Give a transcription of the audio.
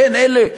אין אלה שראו,